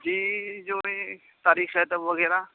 جی جو ہے تاریخ ادب وغیرہ